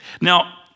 Now